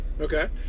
Okay